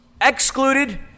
excluded